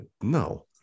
No